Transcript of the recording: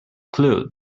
clue